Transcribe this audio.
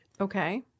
Okay